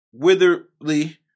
witherly